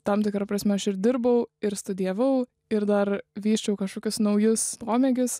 tam tikra prasme aš ir dirbau ir studijavau ir dar vysčiau kažkokius naujus pomėgius